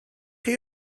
chi